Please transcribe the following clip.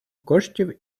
коштів